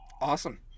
awesome